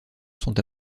sont